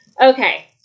Okay